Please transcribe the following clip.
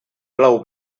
blau